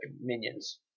minions